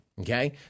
Okay